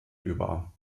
über